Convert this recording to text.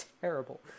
terrible